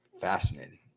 Fascinating